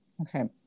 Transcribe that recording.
Okay